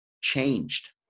changed